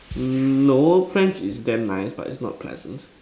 no French is damn nice but it's not pleasant